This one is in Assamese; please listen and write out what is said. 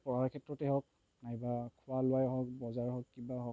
পঢ়াৰ ক্ষেত্ৰতে হওক নাইবা খোৱা লোৱাই হওক বজাৰেই হওক কিবা হওক